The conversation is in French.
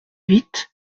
huit